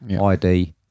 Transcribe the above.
ID